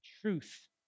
Truth